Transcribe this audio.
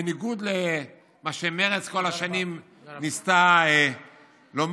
בניגוד למה שמרצ כל השנים ניסתה לומר,